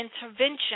intervention